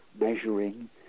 measuring